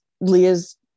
leah's